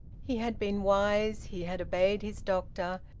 he had been wise he had obeyed his doctor,